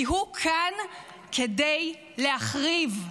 כי הוא כאן כדי להחריב,